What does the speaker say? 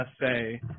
say